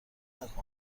نکن